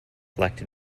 elected